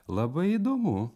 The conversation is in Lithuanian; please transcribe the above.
labai įdomu